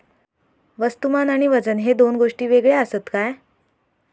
वस्तुमान आणि वजन हे दोन गोष्टी वेगळे आसत काय?